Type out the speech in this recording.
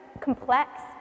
complex